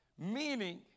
meaning